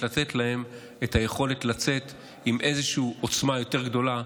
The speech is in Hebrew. לתת להן את היכולת לצאת עם איזושהי עוצמה יותר גדולה,